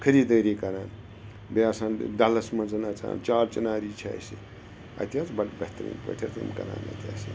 خٔریٖدٲری کَران بیٚیہِ آسان ڈَلَس منٛز اَژان چار چِناری چھِ اَسہِ اَتہِ حظ بَڑٕ بہتریٖن پٲٹھٮ۪تھ یِم کَران اَتہِ اَسہِ